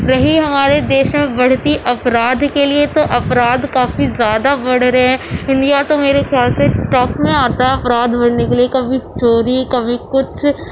رہی ہمارے دیش میں بڑھتی اپرادھ کے لیے تو اپرادھ کافی زیادہ بڑھ رہے ہیں انڈیا تو میرے خیال سے ٹاپ میں آتا ہے اپرادھ بڑھنے کے لیے کبھی چوری کبھی کچھ